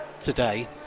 today